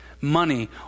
Money